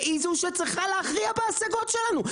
והיא זו שצריכה להכריע בהשגות שלנו.